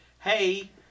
hey